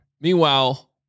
meanwhile